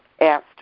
asked